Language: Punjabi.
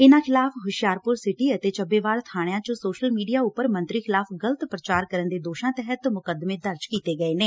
ਇਨੂਾਂ ਖਿਲਾਫ਼ ਹੁਸ਼ਿਆਰਪੁਰ ਸਿਟੀ ਅਤੇ ਚੱਬੇਵਾਲ ਬਾਣਿਆਂ ਚ ਸੋਸ਼ਲ ਮੀਡੀਆਂ ਉਪਰ ਮੰਤਰੀ ਖਿਲਾਫ਼ ਗਲਤ ਪ੍ਰਚਾਰ ਕਰਨ ਦੇ ਦੋਸ਼ਾਂ ਤਹਿਤ ਮੁਕੱਦਮੇ ਦਰਜ ਕੀਤੇ ਗਏ ਨੇ